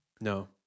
No